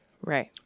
Right